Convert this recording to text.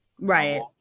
Right